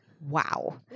Wow